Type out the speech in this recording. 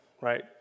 right